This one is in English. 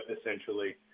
Essentially